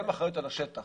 הן אחראיות על השטח,